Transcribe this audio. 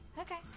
Okay